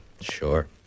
Sure